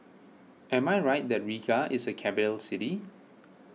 am I right that Riga is a capital city